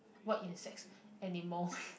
what insects animal